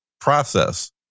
process